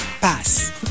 pass